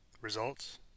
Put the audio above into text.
results